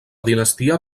dinastia